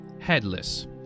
headless